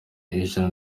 ijana